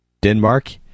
Denmark